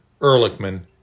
Ehrlichman